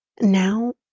Now